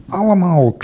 allemaal